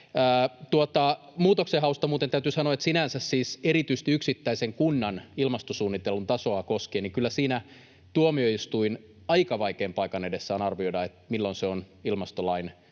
Muutoksenhausta muuten täytyy sanoa, että sinänsä, erityisesti yksittäisen kunnan ilmastosuunnittelun tasoa koskien, kyllä siinä tuomioistuin aika vaikean paikan edessä on arvioidessaan, milloin se on ilmastolain